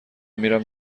میرم